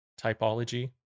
typology